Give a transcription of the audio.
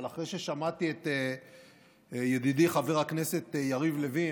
אבל אחרי ששמעתי את ידידי חבר הכנסת יריב לוין,